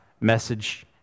message